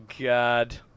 God